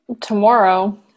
tomorrow